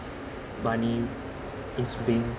money is being